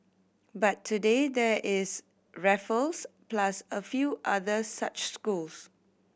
but today there is Raffles plus a few other such schools